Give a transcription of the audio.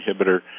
inhibitor